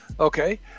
Okay